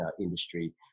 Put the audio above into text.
industry